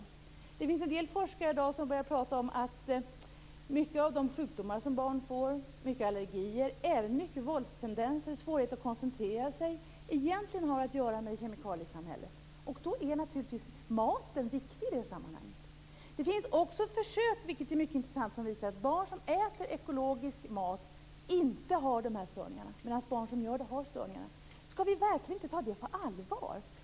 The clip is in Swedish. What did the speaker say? Det finns i dag en del forskare som börjar tala om att mycket av de sjukdomar och allergier som barn får, och även mycket av våldstendenser och koncentrationssvårigheter, egentligen har att göra med kemikaliesamhället, och maten är naturligtvis viktig i det sammanhanget. Det finns också, vilket är mycket intressant, försök som visar att barn som äter ekologisk mat inte har de här störningarna, medan de som gör det har störningarna. Skall vi verkligen inte ta det på allvar?